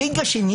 החריג השני,